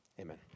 Amen